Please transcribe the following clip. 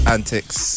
Antics